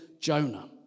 Jonah